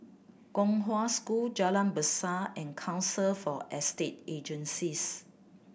Kong Hwa School Jalan Besar and Council for Estate Agencies